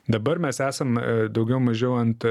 dabar mes esam daugiau mažiau ant